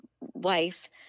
wife